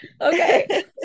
Okay